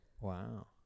wow